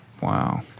Wow